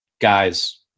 guys